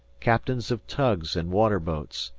captains of tugs and water-boats,